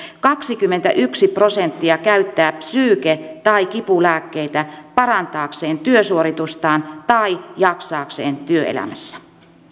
kaksikymmentäyksi prosenttia käyttää psyyken tai kipulääkkeitä parantaakseen työsuoritustaan tai jaksaakseen työelämässä